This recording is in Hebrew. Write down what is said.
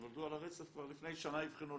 הם נולדו על הרצף כבר לפני שנה אבחנו,